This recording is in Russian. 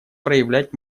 проявлять